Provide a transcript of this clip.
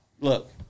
look